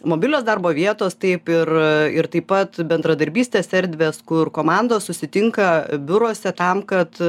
mobilios darbo vietos taip ir ir taip pat bendradarbystės tiesia erdves kur komandos susitinka biuruose tam kad